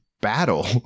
battle